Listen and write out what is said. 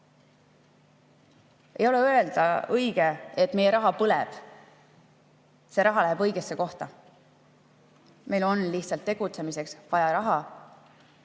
õige öelda, et meie raha põleb. See raha läheb õigesse kohta. Meil on lihtsalt tegutsemiseks vaja raha,